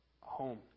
home